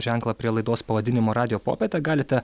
ženklą prie laidos pavadinimu radijo popietė galite